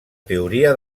teoria